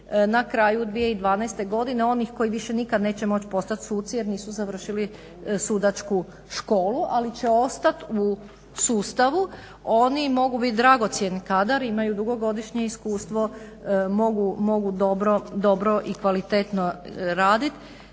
na kraju 2012.godine onih koji nikada neće moći postati suci jer nisu završili sudačku školu ali će ostati u sustavu. Oni mogu biti dragocjen kadar imaju dugogodišnje iskustvo, mogu dobro i kvalitetno raditi.